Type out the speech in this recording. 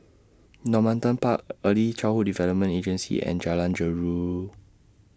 Normanton Park Early Childhood Development Agency and Jalan Jeruju